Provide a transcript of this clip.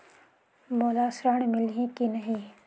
मोला ऋण मिलही की नहीं?